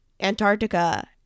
Antarctica